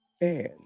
fan